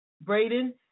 Braden